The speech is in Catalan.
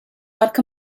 marc